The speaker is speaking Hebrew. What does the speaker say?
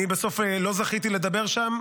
אני בסוף לא זכיתי לדבר שם.